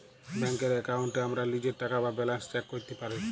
ব্যাংকের এক্কাউন্টে আমরা লীজের টাকা বা ব্যালান্স চ্যাক ক্যরতে পারি